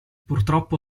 purtroppo